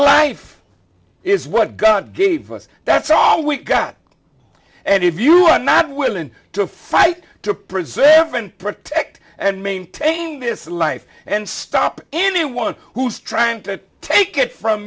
life is what god gave us that's all we got and if you are not willing to fight to preserve and protect and maintain this life and stop anyone who's trying to take it from